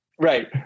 Right